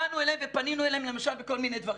באנו אליהם ופנינו אליהם למשל בכל מיני דברים.